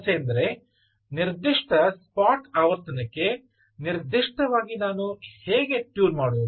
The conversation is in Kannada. ಸಮಸ್ಯೆಯೆಂದರೆ ನಿರ್ದಿಷ್ಟ ಸ್ಪಾಟ್ ಆವರ್ತನಕ್ಕೆ ನಿರ್ದಿಷ್ಟವಾಗಿ ನಾನು ಹೇಗೆ ಟ್ಯೂನ್ ಮಾಡುವುದು